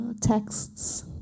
Texts